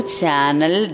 channel